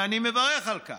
ואני מברך על כך.